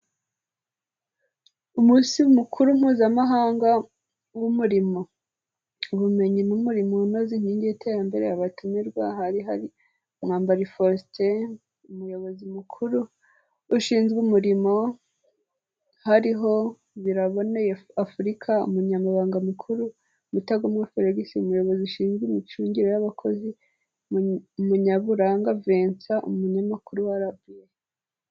Umunsi mukuru mpuzamahanga w'umurimo. Ubumenyi n'umurimo unoze, inkingi y'iterambere. Abatumirwa hari hari: Mwambari Faustin, Umuyobozi Mukuru ushinzwe Umurimo, hariho Biraboneye Afurika Umunyamabanga Mukuru, Mutagomwa Ferex Umuyobozi ushinzwe Imicungire y'Abakozi, Munyaburanga Vincent umunyamakuru wa RBA.